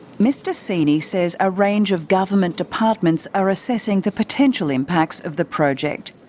mr seeney says a range of government departments are assessing the potential impacts of the project.